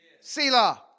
Selah